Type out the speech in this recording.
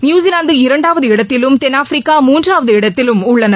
New Zealand இரண்டாவது இடத்திலும் தென்னாப்பிரிக்கா மூன்றாவது இடத்திலும் உள்ளன